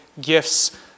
gifts